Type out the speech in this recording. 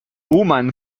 woman